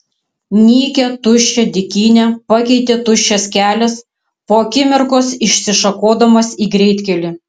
nykią tuščią dykynę pakeitė tuščias kelias po akimirkos išsišakodamas į greitkelį